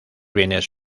bienes